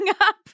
up